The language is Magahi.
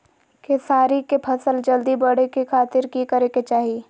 खेसारी के फसल जल्दी बड़े के खातिर की करे के चाही?